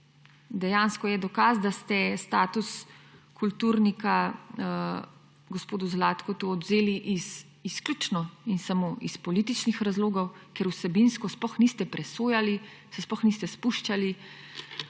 dejansko je dokaz, da ste status kulturnika gospodu Zlatku odvzeli izključno in samo iz političnih razlogov, ker vsebinsko sploh niste presojali, se sploh niste spuščali.